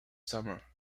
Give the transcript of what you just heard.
summer